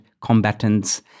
combatants